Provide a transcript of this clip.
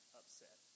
upset